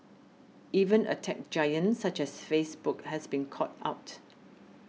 even a tech giant such as Facebook has been caught out